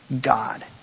God